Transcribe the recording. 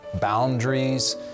boundaries